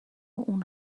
اون